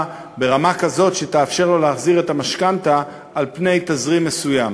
ברמה כזאת שתאפשר לו להחזיר את המשכנתה על פני תזרים מסוים.